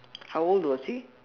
how old was he